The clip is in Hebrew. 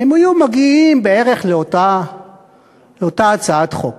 הם היו מגיעים בערך לאותה הצעת חוק.